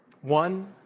One